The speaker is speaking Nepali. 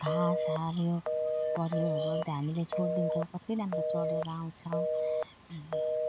घाँस हाल्यो परेवाहरू त्यो हामीले छोड् दिन्छौँ कति राम्रो चरेर आउँछ अन्त